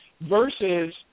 versus